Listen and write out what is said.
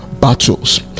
battles